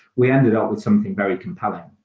we ended up with something very compelling.